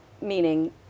meaning